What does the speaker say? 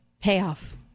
payoff